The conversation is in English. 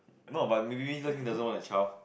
no but maybe Le Xing doesn't want a child